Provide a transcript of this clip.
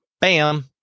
Bam